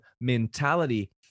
mentality